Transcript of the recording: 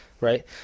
Right